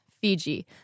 Fiji